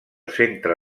centre